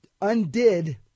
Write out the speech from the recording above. undid